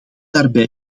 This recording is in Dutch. daarbij